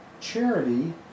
Charity